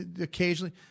Occasionally